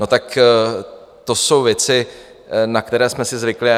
No tak to jsou věci, na které jsme si zvykli.